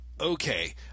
Okay